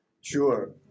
Sure